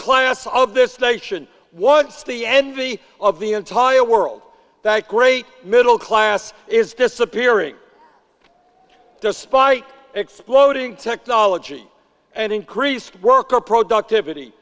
class of this nation once the envy of the entire world that great middle class is disappearing despite exploding technology and increased worker productivity